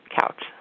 couch